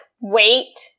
wait